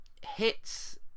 hits